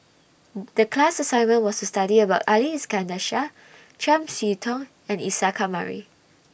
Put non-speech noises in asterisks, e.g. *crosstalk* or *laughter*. *noise* The class assignment was to study about Ali Iskandar Shah Chiam See Tong and Isa Kamari